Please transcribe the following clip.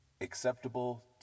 acceptable